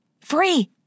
Free